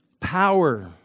Power